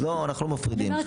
אנחנו לא מפרידים.